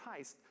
heist